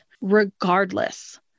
regardless